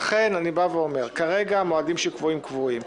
לכן אני אומר שכרגע המועדים שקבועים קבועים.